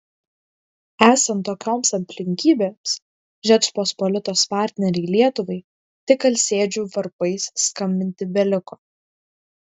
esant tokioms aplinkybėms žečpospolitos partnerei lietuvai tik alsėdžių varpais skambinti beliko